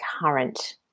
current